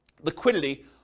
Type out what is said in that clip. liquidity